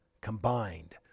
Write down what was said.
combined